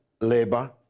Labour